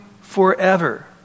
forever